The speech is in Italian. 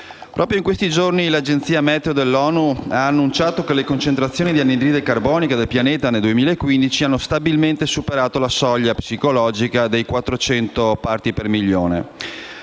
mondiale, l'agenzia meteo dell'ONU, ha annunciato che le concentrazioni di anidride carbonica del pianeta nel 2015 hanno stabilmente superato la soglia (psicologica) delle 400 parti per milione.